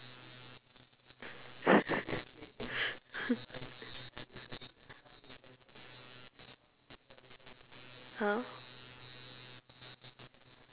!huh!